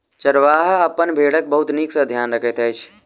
चरवाहा अपन भेड़क बहुत नीक सॅ ध्यान रखैत अछि